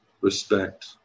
respect